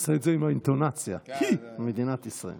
תעשה את זה עם האינטונציה, היא מדינת ישראל.